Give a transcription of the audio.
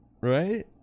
Right